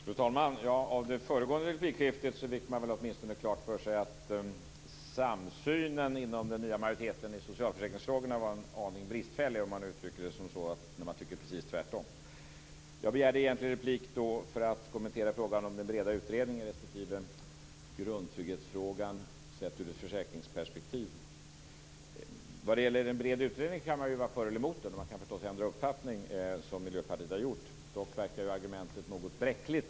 Fru talman! Av det föregående replikskiftet fick man åtminstone klart för sig att samsynen i socialförsäkringsfrågor inom den nya majoriteten var en aning bristfällig, om man uttrycker det så. Man tycker precis tvärtom. Jag begärde egentligen replik för att kommentera frågan om den breda utredningen respektive grundtrygghetsfrågan sedd ur ett försäkringsperspektiv. Vad gäller en bred utredning kan man naturligtvis vara för eller emot. Och man kan förstås ändra uppfattning, som Miljöpartiet har gjort. Dock verkar argumentet något bräckligt.